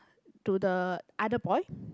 to the other boy